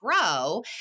grow